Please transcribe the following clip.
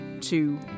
two